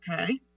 okay